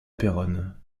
péronne